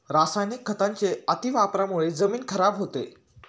रासायनिक खतांच्या अतिवापरामुळे जमीन खराब होते